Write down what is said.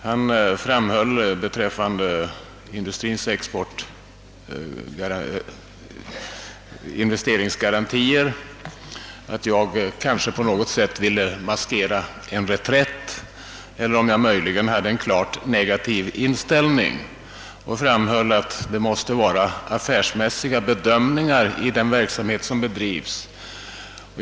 Han sade beträffande industrins investeringsgarantier att jag kanske ville maskera en reträtt eller hade en klart negativ inställning och framhöll att det måste ligga affärsmässiga bedömningar till grund för den verksamhet som bedrivs.